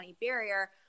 barrier